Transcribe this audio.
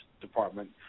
department